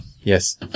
Yes